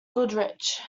goodrich